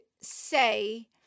say